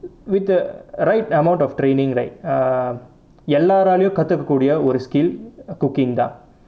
with the right amount of training right ah எல்லாராலேயோ கத்துக்கக்ககூடிய ஒரு:ellaralaeyo katthukkakoodiya oru skill cooking தான்:thaan